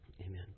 Amen